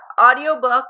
Audiobook